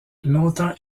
longtemps